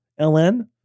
LN